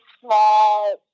small